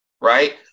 Right